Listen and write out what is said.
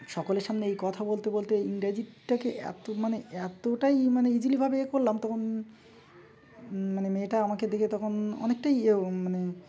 সকলের সামনে এই কথা বলতে বলতে ইংরাজিটাকে এত মানে এতটাই মানে ইজিলিভাবে এ করলাম তখন মানে মেয়েটা আমাকে দেখে তখন অনেকটাই ইয়ে মানে